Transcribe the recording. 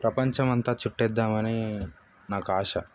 ప్రపంచమంతా చుట్టేద్దామని నాకు ఆశ